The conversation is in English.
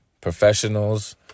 Professionals